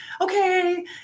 okay